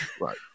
Right